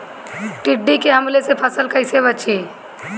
टिड्डी के हमले से फसल कइसे बची?